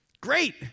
Great